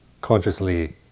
consciously